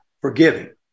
Forgiving